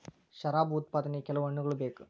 ಶರಾಬು ಉತ್ಪಾದನೆಗೆ ಕೆಲವು ಹಣ್ಣುಗಳ ಬೇಕು